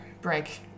break